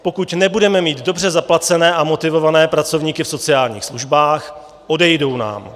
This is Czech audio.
Pokud nebudeme mít dobře zaplacené a motivované pracovníky v sociálních službách, odejdou nám.